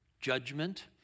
judgment